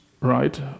right